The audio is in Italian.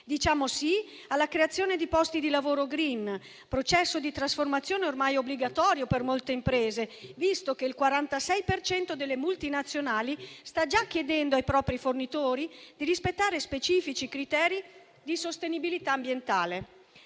diciamo "sì" alla creazione di posti di lavoro *green*, processo di trasformazione ormai obbligatorio per molte imprese, visto che il 46 per cento delle multinazionali sta già chiedendo ai propri fornitori di rispettare specifici criteri di sostenibilità ambientale.